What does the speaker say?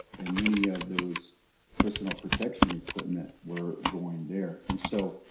and many of those personal protection equipment, were going there. and so,